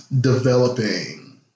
developing